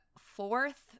fourth